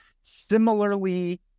similarly